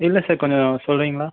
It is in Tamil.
இல்லை சார் கொஞ்சம் சொல்கிறீங்களா